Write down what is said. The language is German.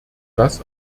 das